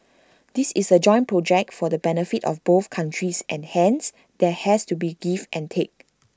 this is A joint project for the benefit of both countries and hence there has to be give and take